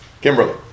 Kimberly